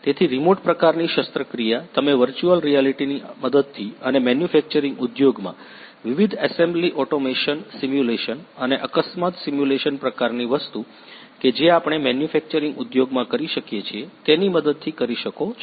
તેથી રિમોટ પ્રકારની શસ્ત્રક્રિયા તમે વર્ચુઅલ રિયાલિટીની મદદથી અને મેન્યુફેક્ચરીંગ ઉદ્યોગમાં વિવિધ એસેમ્બલી ઓટોમેશન સિમ્યુલેશન અને અકસ્માત સિમ્યુલેશન પ્રકારની વસ્તુ કે જે આપણે મેન્યુફેક્ચરીંગ ઉદ્યોગમાં કરી શકીએ છીએ તેની મદદથી કરી શકો છો